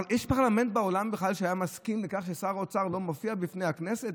יש פרלמנט בעולם שהיה מסכים לכך ששר אוצר לא מופיע בפני הכנסת?